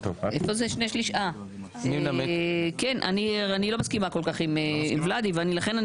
אני לא כל כך מסכימה עם ולדי ולכן אני